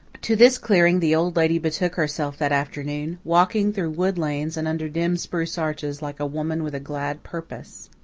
to this clearing the old lady betook herself that afternoon, walking through wood lanes and under dim spruce arches like a woman with a glad purpose.